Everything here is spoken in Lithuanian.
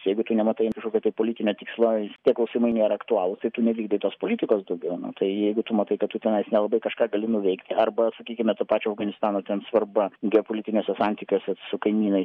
jeigu tu nematai kažkokio tai politinio tikslo tie klusimai nėra aktualūs tai tu nevykdai tos politikos daugiau na tai jeigu tu matai kad tu tenais nelabai kažką gali nuveikti arba sakykime to pačio afganistano ten svarba geopolitiniuose santykiuose su kaimynais